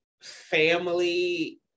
family